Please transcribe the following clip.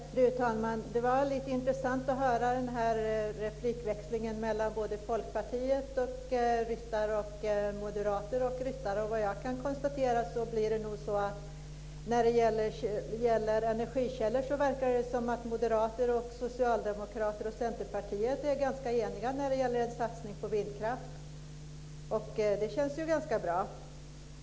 Fru talman! Det var intressant att höra replikväxlingarna både mellan folkpartisten och Ryttar och mellan moderaten och Ryttar. Såvitt jag kan förstå verkar det som om moderater, socialdemokrater och centerpartister när det gäller energikällor är ganska eniga om en satsning på vindkraft, och det känns ganska bra.